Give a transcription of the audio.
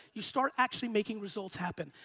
you start actually making results happen.